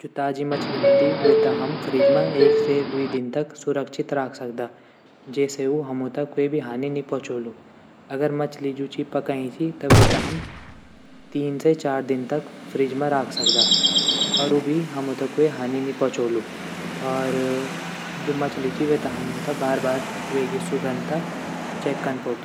जू ताज़ी मछली वन्दी वे त हम फ्रिज म एक से द्वि दिन तक सुरक्षित राख सकदा जेसे ऊ हमू त क्वे भी हानि नी पोंछोलू अगर मछली जू ची पकाईं ची त वेता हम तीन से चार दिन तक फ्रिज म राख सकदा और ऊ भी हमू त क्वे हानि नी पोंछोलू और जू मछली ची वेता हमू त बार बार वेगी सुगंध त चेक कन पड़दू।